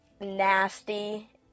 nasty